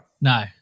No